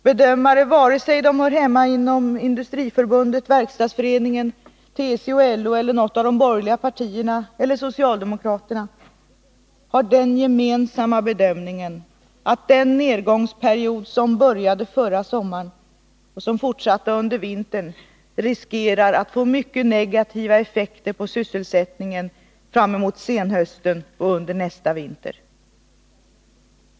Bedömare, vare sig de hör hemma inom Industriförbundet, Verkstadsföreningen, TCO, LO, något av de borgerliga partierna eller socialdemokraterna, har den gemensamma uppfattningen att det är risk för att den nedgångsperiod som började förra sommaren och som fortsatte under vintern får mycket negativa effekter på sysselsättningen framemot senhösten och under nästa vinter.